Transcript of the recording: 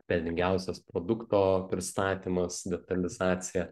pelningiausias produkto pristatymas detalizacija